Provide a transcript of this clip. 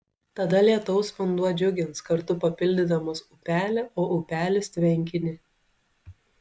tada lietaus vanduo džiugins kartu papildydamas upelį o upelis tvenkinį